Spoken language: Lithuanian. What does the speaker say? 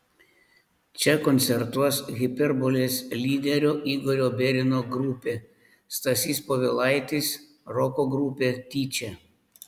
čia koncertuos hiperbolės lyderio igorio berino grupė stasys povilaitis roko grupė tyčia